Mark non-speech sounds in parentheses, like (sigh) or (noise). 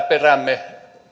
(unintelligible) peräämme